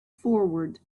forward